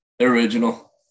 original